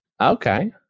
Okay